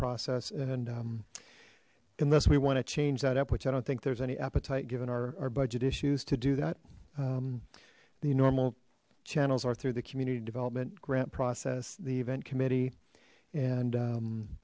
process and unless we want to change that up which i don't think there's any appetite given our budget issues to do that the normal channels are through the community development grant process the event committee and